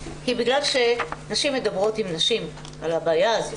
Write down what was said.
היא בגלל שנשים מדברות עם נשים על הבעיה הזאת